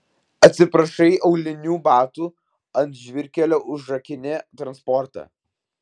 atsiprašai aulinių batų ant žvyrkelio užrakini transportą